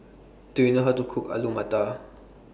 Do YOU know How to Cook Alu Matar